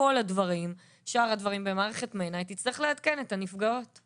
כאשר הנציג הנוסף הוא יהיה הנציג עם המומחיות.